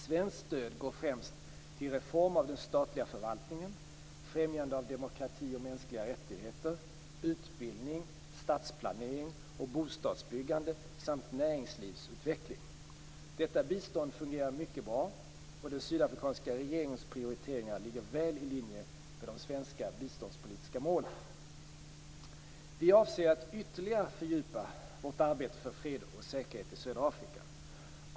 Svenskt stöd går främst till reform av den statliga förvaltningen, främjandet av demokrati och mänskliga rättigheter, utbildning, stadsplanering och bostadsbyggande samt näringslivsutveckling. Detta bistånd fungerar mycket bra, och den sydafrikanska regeringens prioriteringar ligger väl i linje med de svenska biståndspolitiska målen. Vi avser att ytterligare fördjupa vårt arbete för fred och säkerhet i södra Afrika.